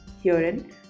Herein